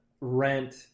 rent